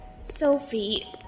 Sophie